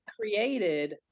Created